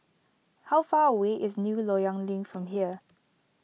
how far away is New Loyang Link from here